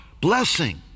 Blessing